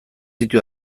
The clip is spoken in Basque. ditu